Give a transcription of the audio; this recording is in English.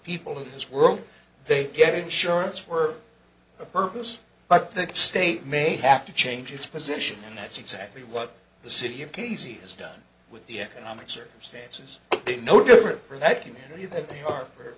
people in this world they get insurance for a purpose but the state may have to change its position and that's exactly what the city of casey has done with the economic circumstances they noted for that you know you that they are for